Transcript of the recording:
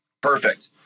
perfect